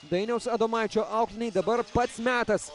dainiaus adomaičio auklėtiniai dabar pats metas